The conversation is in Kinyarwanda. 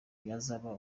yazaba